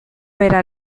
bera